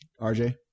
RJ